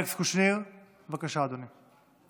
אלכס קושניר, בבקשה, אדוני.